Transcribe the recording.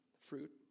fruit